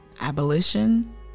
abolition